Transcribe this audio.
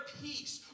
peace